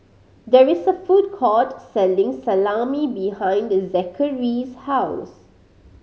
there is a food court selling Salami behind Zackary's house